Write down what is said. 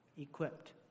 equipped